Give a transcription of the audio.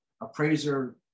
appraiser